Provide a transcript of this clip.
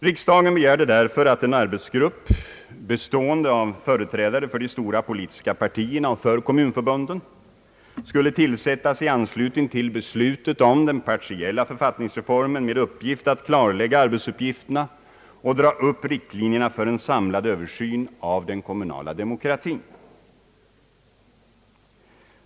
Riksdagen begärde därför att en arbetsgrupp bestående av företrädare för de stora politiska partierna och för kommunförbunden skulle tillsättas i anslutning till beslutet om den partiella författningsreformen med uppdrag att klarlägga arbetsuppgifterna och dra upp riktlinjerna för en samlad översyn av den kommunala demokratin.